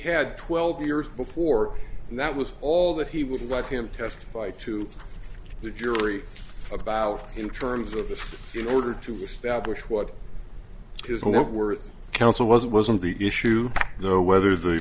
had twelve years before and that was all that he would let him testify to the jury about in terms of this in order to establish what his net worth counsel was it wasn't the issue though whether the